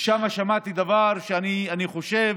ושם שמעתי דבר שאני חושב